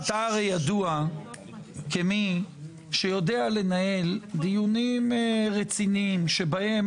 אתה הרי ידוע כמי שיודע לנהל דיונים רציניים שבהם